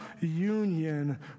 union